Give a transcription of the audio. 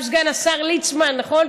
גם סגן השר ליצמן, נכון?